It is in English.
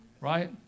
Right